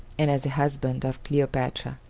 and as the husband of cleopatra.